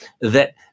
that-